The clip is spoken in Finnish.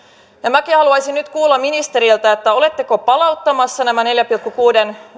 minäkin haluaisin nyt kuulla ministeriltä oletteko palauttamassa tämän neljän pilkku kuuden